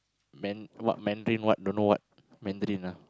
man what mandarin what don't know what mandarin ah